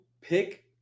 pick